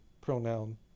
pronoun